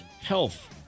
health